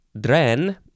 dren